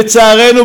לצערנו,